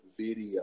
video